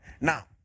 Now